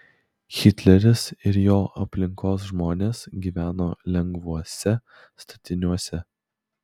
hitleris ir jo aplinkos žmonės gyveno lengvuose statiniuose